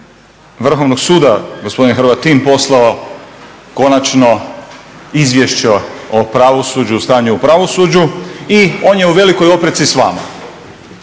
Vrhovnog suda gospodin Hrvatin poslao konačno izvješće o pravosuđu, o stanju u pravosuđu i on je u velikoj opreci s vama.